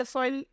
Soil